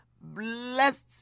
Blessed